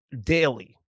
daily